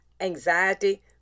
anxiety